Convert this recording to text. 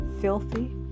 filthy